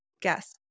Guess